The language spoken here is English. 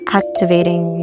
activating